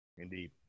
Indeed